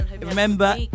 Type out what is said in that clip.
Remember